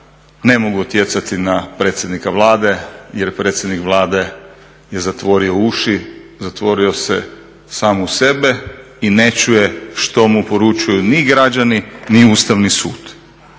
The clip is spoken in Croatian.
ne mogu utjecati na predsjednika Vlade jer predsjednik Vlade je zatvorio uši, zatvorio se sam u sebe i ne čuje što mu poručuju ni građani ni Ustavni sud.